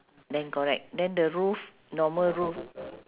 then correct then the roof normal roof